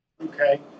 Okay